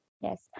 Yes